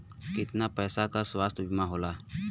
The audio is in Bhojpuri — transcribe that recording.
कितना पैसे का स्वास्थ्य बीमा होला?